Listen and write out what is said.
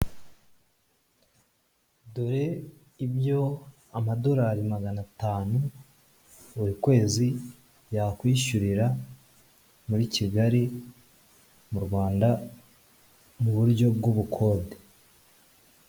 Dore ibyo amadolari magana atanu buri kwezi yakwishyurira muri Kigali mu Rwanda mu buryo bw'ubukode.